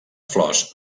flors